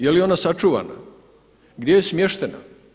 Je li ona sačuvana, gdje je smještena?